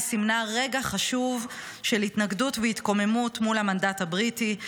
היא סימנה רגע חשוב של התנגדות והתקוממות מול המנדט הבריטי,